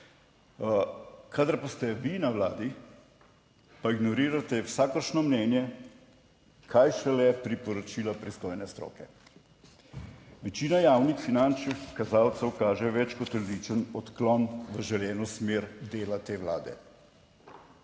Kadar pa ste vi na vladi pa ignorirate vsakršno mnenje, kaj šele priporočila pristojne stroke. Večina javnih finančnih kazalcev kaže več kot odličen odklon v želeno smer dela te Vlade.